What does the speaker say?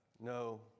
No